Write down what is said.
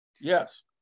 Yes